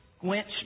quench